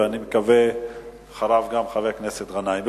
ואני מקווה שאחריו ידבר גם חבר הכנסת גנאים.